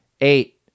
eight